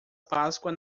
páscoa